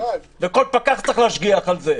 וכל פקח צריך להשגיח על זה,